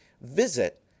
visit